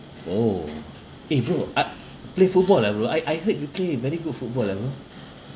oh eh bro I play football ah bro I I heard you play very good football lah bro